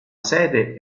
sede